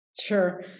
Sure